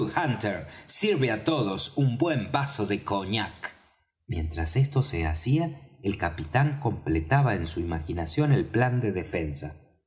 hunter sirve á todos un buen vaso de cognac mientras esto se hacía el capitán completaba en su imaginación el plan de defensa